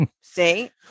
See